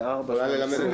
הינה, הוא יושב-ראש.